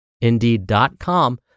indeed.com